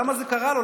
למה זה קרה לו,